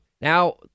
Now